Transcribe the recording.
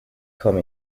come